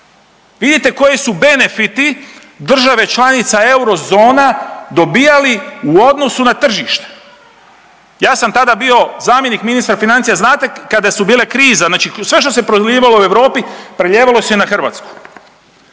Vidite koji su benefiti države članica eurozona dobijali u odnosu na tržite. Ja sam tada bio zamjenik ministra financija, znate kada su bile krize znači što se prelivalo u Europi prelijevalo se i na Hrvatsku.